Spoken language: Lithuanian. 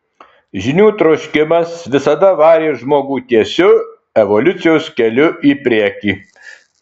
žinių troškimas visada varė žmogų tiesiu evoliucijos keliu į priekį